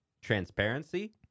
transparency